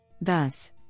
Thus